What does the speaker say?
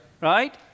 right